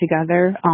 together